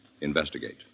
investigate